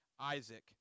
Isaac